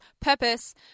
purpose